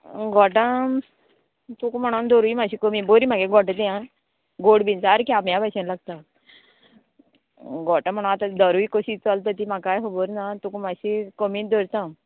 घोटां तुका म्हणोन धरुया मात्शी कमी बरी म्हागे घोटां तीं आ गोड बीन सारकी आम्या भाशेन लागता घोटां म्हणोन आतां धरुया कशी चलता ती म्हाकाय खबर ना तुका मातशी कमीत धरता